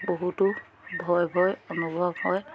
বহুতো ভয় ভয় অনুভৱ হয়